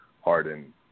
Harden